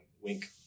Wink